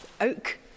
oak